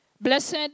Blessed